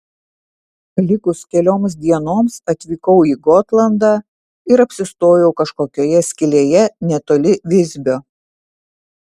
likus kelioms dienoms atvykau į gotlandą ir apsistojau kažkokioje skylėje netoli visbio